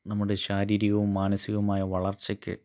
നമ്മുടെ ശാരീരികവും മാനസികവുമായ വളർച്ചയ്ക്ക്